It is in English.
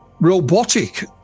robotic